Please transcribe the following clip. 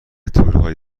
تورهای